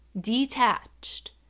detached